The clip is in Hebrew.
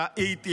ראיתי,